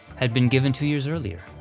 had been given two years earlier.